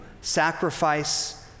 sacrifice